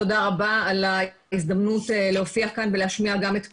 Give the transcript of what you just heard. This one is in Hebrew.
תודה רבה על ההזדמנות להופיע כאן ולהשמיע גם את קולנו.